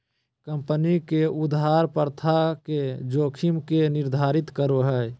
company के उधार प्रथा के जोखिम के निर्धारित करो हइ